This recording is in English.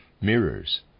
mirrors